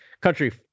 country